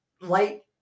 light